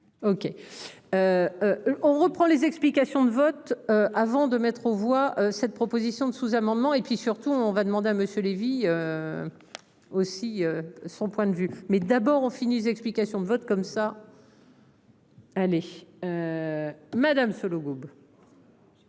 OK. On reprend les explications de vote avant de mettre aux voix, cette proposition de sous-amendements et puis surtout on va demander à monsieur Lévy. Aussi son point de vue. Mais d'abord on finisse. Explications de vote comme ça. Allez. Madame Sollogoub.